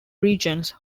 regions